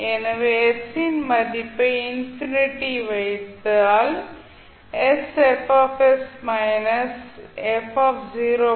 எனவே s யின் மதிப்பை இன்ஃபினிட்டி வைத்தால் கிடைக்கும்